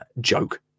joke